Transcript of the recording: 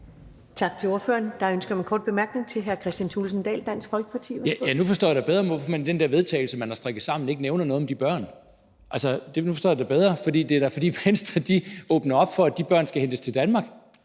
Tak til ordføreren. Der er ønske om en kort bemærkning fra hr. Kristian Thulesen Dahl, Dansk Folkeparti. Værsgo. Kl. 14:07 Kristian Thulesen Dahl (DF): Nu forstår jeg da bedre, hvorfor man i den der vedtagelse, som man har strikket sammen, ikke nævner noget om de børn. Nu forstår jeg det bedre. For det er da, fordi Venstre åbner op for, at de børn skal hentes til Danmark,